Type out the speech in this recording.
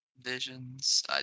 Visions